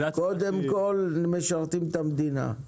קודם כל משרתים את המדינה,